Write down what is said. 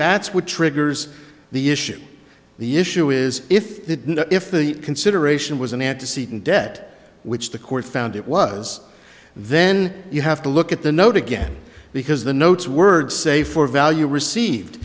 that's what triggers the issue the issue is if that if the consideration was an antecedent debt which the court found it was then you have to look at the no to again because the notes words say for value received